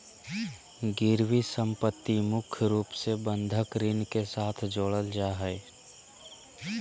गिरबी सम्पत्ति मुख्य रूप से बंधक ऋण के साथ जोडल जा हय